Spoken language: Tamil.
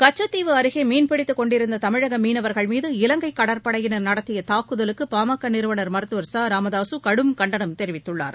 கச்சத்தீவு அருகே மீன்பிடித்துக் கொண்டிருந்த தமிழக மீனவர்கள் மீது இலங்கை கடற்படையினர் நடத்திய தாக்குதலுக்கு பா ம க நிறுவனர் மருத்துவர் ச ராமதாசு கடும் கண்டனம் தெரிவித்துள்ளார்